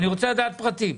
אני רוצה לדעת פרטים.